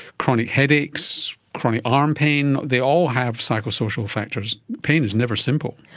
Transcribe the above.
chronic headaches chronic arm pain, they all have psychosocial factors. pain is never simple.